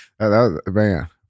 Man